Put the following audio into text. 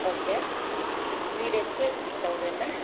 okay three ಡೇಸ್ಗೆ three ತೌಸಂಡಾ